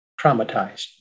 Traumatized